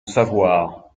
savoir